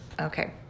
okay